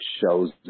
shows